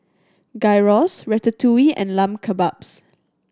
Gyros Ratatouille and Lamb Kebabs